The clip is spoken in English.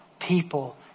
people